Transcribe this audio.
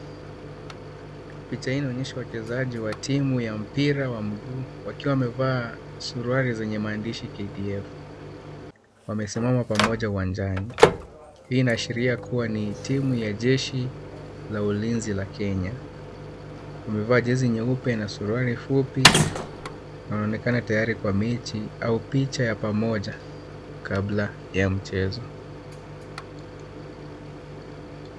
Picha hii inaonyesha wachezaji wa timu ya mpira wa miguu wakiwa wamevaa suruali zenye maandishi KDF wamesimama pamoja uwanjani. Hii inaashiria kuwa ni timu ya jeshi la ulinzi la Kenya. Wamevaa jezi nyeupe na suruali fupi na wanaonekana tayari kwa mechi au picha ya pamoja kabla ya mchezo.